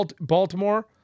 Baltimore